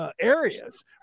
areas